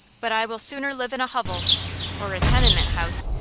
but i will sooner live in a hovel or a tenement house,